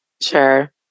Sure